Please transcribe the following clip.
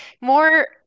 more